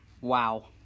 Wow